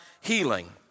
healing